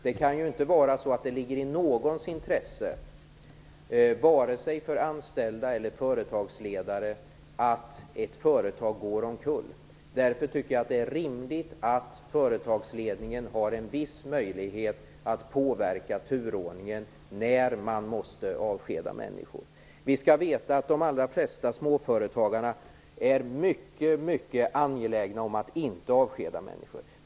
Det kan inte ligga i någons intresse, vare sig anställdas eller företagsledares, att ett företag går omkull. Därför tycker jag att det är rimligt att företagsledningen har en viss möjlighet att påverka turordningen när man måste avskeda människor. Vi skall veta att de allra flesta småföretagare är mycket angelägna om att inte avskeda människor.